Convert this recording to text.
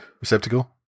Receptacle